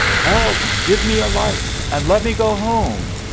help! give me a light, and let me go home.